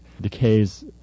decays